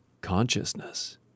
consciousness